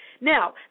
Now